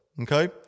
Okay